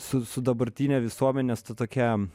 su su dabartine visuomenės ta tokia